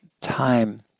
time